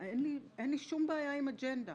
אין לי שום בעיה עם אג'נדה.